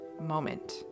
moment